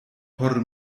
por